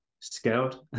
scaled